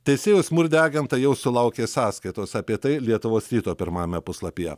teisėjos murdeganta jau sulaukė sąskaitos apie tai lietuvos ryto pirmajame puslapyje